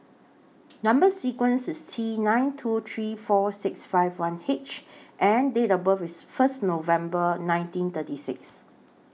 Number sequence IS T nine two three four six five one H and Date of birth IS First November nineteen thirty six